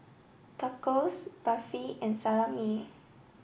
Tacos Barfi and Salami